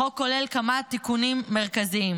החוק כולל כמה תיקונים מרכזיים: